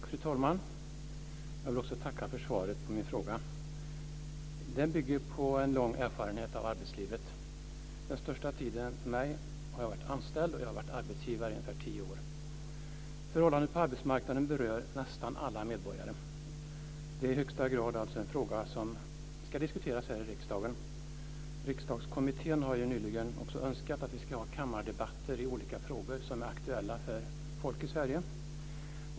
Fru talman! Jag vill också tacka för svaret på min fråga. Min fråga bygger på en lång erfarenhet av arbetslivet. Den största delen av tiden har jag varit anställd, och jag har varit arbetsgivare i ungefär tio år. Förhållandena på arbetsmarknaden berör nästan alla medborgare. Det är i högsta grad en fråga som ska diskuteras i riksdagen. Riksdagskommittén har nyligen önskat att vi ska ha kammardebatter i olika frågor som är aktuella för folket i Sverige.